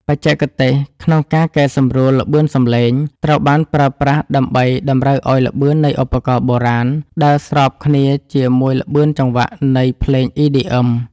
បច្ចេកទេស ក្នុងការកែសម្រួលល្បឿនសំឡេង ត្រូវបានប្រើប្រាស់ដើម្បីតម្រូវឱ្យល្បឿននៃឧបករណ៍បុរាណ ដើរស្របគ្នាជាមួយល្បឿនចង្វាក់នៃភ្លេង EDM។